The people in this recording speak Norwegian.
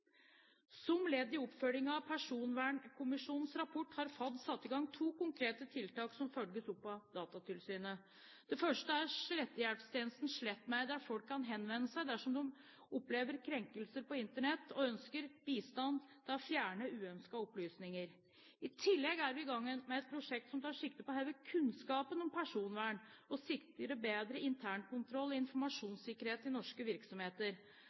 Som ledd i oppfølgingen av Personvernkommisjonens rapport, har FAD satt i gang to konkrete tiltak som følges opp av Datatilsynet. Det første er slettehjelptjenesten slettmeg.no, der folk kan henvende seg dersom de opplever krenkelser på Internett og ønsker bistand til å fjerne uønskede opplysninger. I tillegg er vi i gang med et prosjekt som tar sikte på å heve kunnskapen om personvern og sikre bedre internkontroll og informasjonssikkerhet i norske virksomheter.